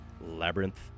Labyrinth